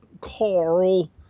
Carl